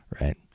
Right